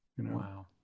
Wow